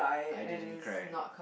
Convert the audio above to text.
I didn't cry